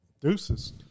Deuces